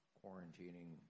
quarantining